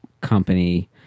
company